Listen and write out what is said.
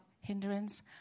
hindrance